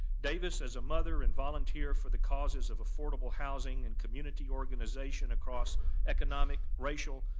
davis as a mother and volunteer for the causes of affordable housing and community organization across economic, racial,